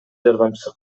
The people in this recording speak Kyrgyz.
жардамчысы